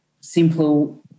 simple